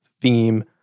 theme